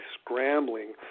scrambling